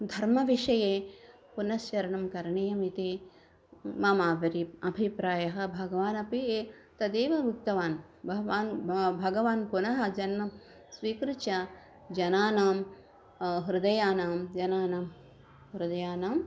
धर्मविषये पुनश्चरणं करणीयम् इति मम अब्रि अभिप्रायः भगवान् अपि तदेव उक्तवान् बहून् भगवान् पुनः जन्म स्वीकृत्य जनानां हृदयानां जनानां हृदयानां